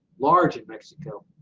large in mexico,